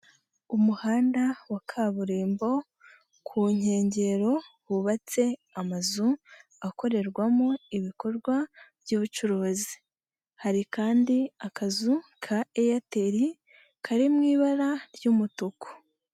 Umuhanda wa kaburimbo ku nkengero hubatse amazu akorerwamo ibikorwa by'ubucuruzi, hari kandi akazu ka eyateri kari mu ibara ry'umutuku.